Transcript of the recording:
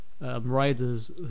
Riders